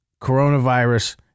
coronavirus